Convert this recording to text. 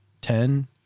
ten